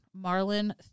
Marlin